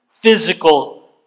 physical